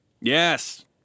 Yes